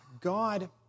God